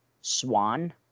swan